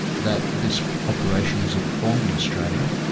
that this operation isn't performed in australia,